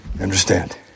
Understand